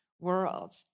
world